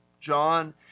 John